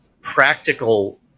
practical